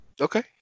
Okay